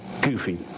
goofy